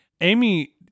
Amy